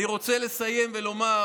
אני רוצה לסיים ולומר